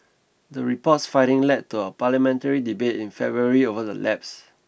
the report's findings led to a parliamentary debate in February over the lapses